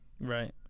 Right